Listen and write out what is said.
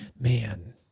man